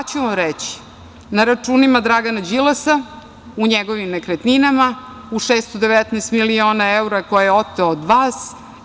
Reći ću vam ja – na računima Dragana Đilasa, u njegovim nekretninama, u 619 miliona evra koje je oteo od vas.